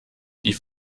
die